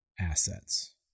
assets